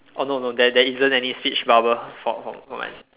oh no no there there isn't any speech bubble for for mine